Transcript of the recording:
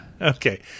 Okay